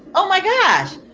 oh my gosh!